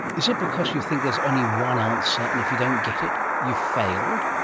is it because you think there's only one answer and if you don't get it, you've failed?